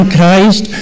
Christ